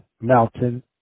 Mountain